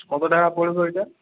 কত টাকা পড়বে ওইটা